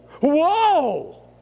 Whoa